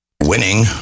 Winning